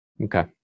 Okay